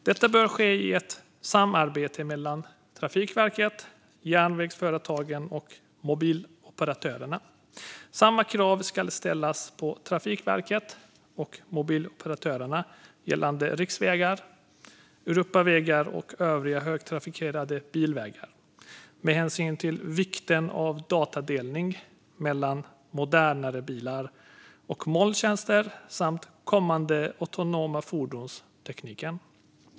Detta bör ske i ett samarbete mellan Trafikverket, järnvägsföretagen och mobiloperatörerna. Samma krav ska ställas på Trafikverket och mobiloperatörerna gällande riksvägar, Europavägar och övriga högtrafikerade bilvägar med hänsyn till vikten av datadelning mellan modernare bilar och molntjänster samt den kommande autonoma fordonstekniken.